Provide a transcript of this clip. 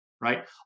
Right